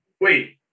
Wait